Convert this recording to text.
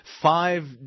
five